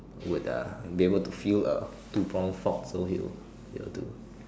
would uh be able to feel a two pronged fork so he'll he'll do